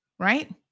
right